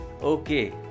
okay